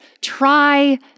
try